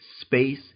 Space